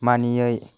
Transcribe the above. मानियै